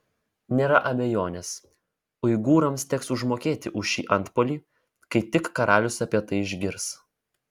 nėra abejonės uigūrams teks užmokėti už šį antpuolį kai tik karalius apie tai išgirs